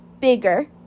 Bigger